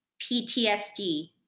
ptsd